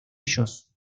ellos